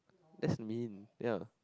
that's mean ya